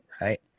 right